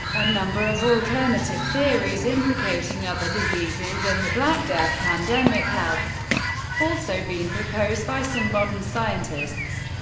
a number of alternative theories implicating other diseases in the black death pandemic have also been proposed by some modern scientists.